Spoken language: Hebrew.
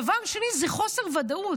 דבר שני זה חוסר ודאות,